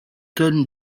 turn